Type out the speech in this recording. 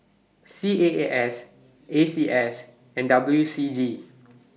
C A A S A C S and W C G